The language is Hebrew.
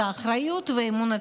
האחריות ואמון הציבור.